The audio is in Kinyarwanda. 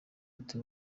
ati